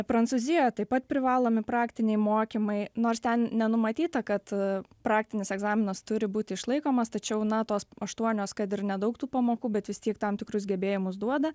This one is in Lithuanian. prancūzijoj taip pat privalomi praktiniai mokymai nors ten nenumatyta kad praktinis egzaminas turi būti išlaikomas tačiau na tos aštuonios kad ir nedaug tų pamokų bet vis tiek tam tikrus gebėjimus duoda